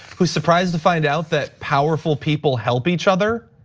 who's surprised to find out that powerful people help each other.